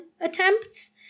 attempts